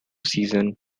season